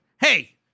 hey